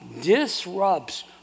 disrupts